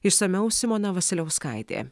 išsamiau simona vasiliauskaitė